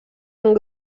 amb